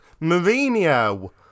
Mourinho